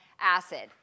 acid